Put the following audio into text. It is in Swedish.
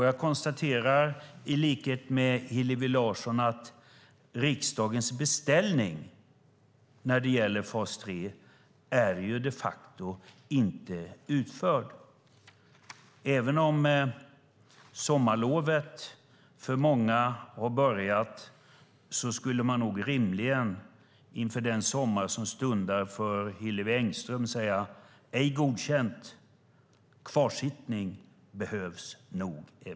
Jag konstaterar i likhet med Hillevi Larsson att riksdagens beställning när det gäller fas 3 de facto inte är utförd. Även om sommarlovet för många har börjat skulle man rimligen inför den sommar som stundar för Hillevi Engström säga: Det är ej godkänt. Kvarsittning behövs nog.